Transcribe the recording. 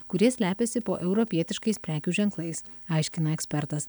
kurie slepiasi po europietiškais prekių ženklais aiškina ekspertas